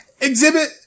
Exhibit